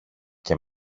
και